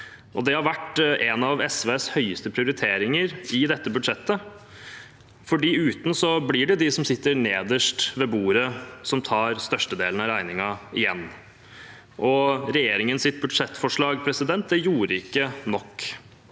Det har vært en av SVs høyeste prioriteringer i dette budsjettet, for uten blir det de som sitter nederst ved bordet, som tar størstedelen av regningen – igjen. Regjeringens budsjettforslag gjorde ikke nok.